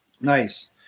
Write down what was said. Nice